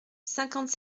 cinquante